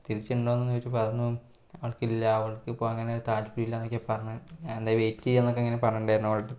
തിരിച്ച് ഉണ്ടോയെന്ന് ചോദിച്ചപ്പോൾ അതൊന്നും അവൾക്കില്ല അവൾക്കിപ്പം അങ്ങനെ താൽപര്യം ഇല്ലാന്നൊക്കെയാ പറഞ്ഞത് ഞാനെന്താ വെയ്റ്റ് ചെയ്യാന്നൊക്കെ ഇങ്ങനെ പറഞ്ഞിട്ടുണ്ടായിരുന്നു അവളുടെയടുത്ത്